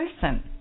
person